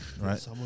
right